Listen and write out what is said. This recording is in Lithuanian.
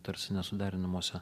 tarsi nesuderinamuose